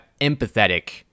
empathetic